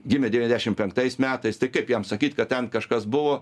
gimė devyniadešimt metais tai kaip jam sakyt kad ten kažkas buvo